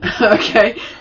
Okay